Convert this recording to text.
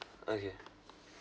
okay